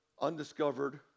undiscovered